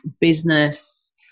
business